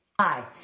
Hi